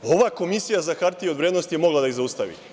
Ova Komisija za hartije od vrednosti mogla je da ih zaustavi.